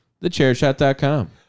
thechairshot.com